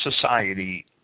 society